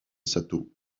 sato